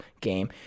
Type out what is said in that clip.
game